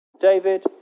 David